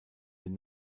den